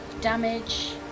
damage